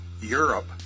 Europe